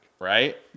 Right